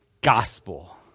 gospel